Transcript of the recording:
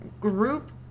group